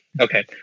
Okay